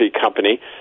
Company